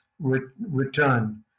return